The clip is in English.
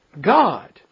God